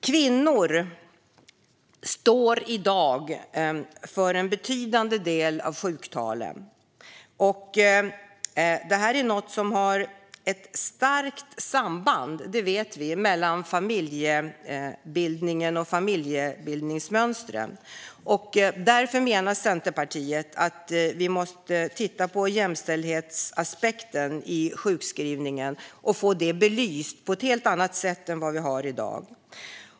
Kvinnor står i dag för en betydande del av sjuktalen. Vi vet att detta har ett starkt samband med familjebildningen och familjebildningsmönstren, och därför menar Centerpartiet att jämställdhetsaspekten av sjukskrivningarna behöver belysas på ett helt annat sätt än i dag.